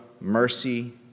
mercy